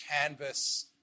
canvas